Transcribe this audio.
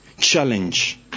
challenge